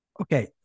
Okay